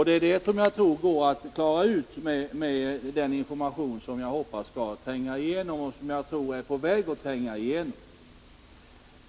Det är detta som jag tror går att klara ut med den information som jag hoppas skall tränga igenom.